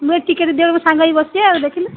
ମୁଁ ଏ ଟିକେଟ୍ ଦେଲା ବେଳକୁ ସାଙ୍ଗ ହେଇକି ବସିବା ଆଉ ଦେଖିଲୁ